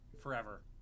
forever